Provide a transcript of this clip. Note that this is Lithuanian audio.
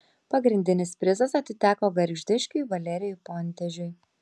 pagrindinis prizas atiteko gargždiškiui valerijui pontežiui